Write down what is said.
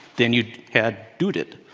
then you had doed it.